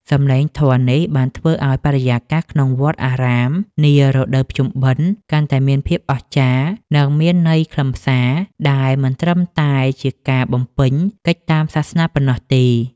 សម្លេងធម៌នេះបានធ្វើឱ្យបរិយាកាសក្នុងវត្តអារាមនារដូវភ្ជុំបិណ្ឌ កាន់តែមានភាពអស្ចារ្យ និងមានន័យខ្លឹមសារ ដែលមិនត្រឹមតែជាការបំពេញកិច្ចតាមសាសនាប៉ុណ្ណោះទេ។